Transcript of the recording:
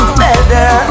better